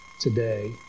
today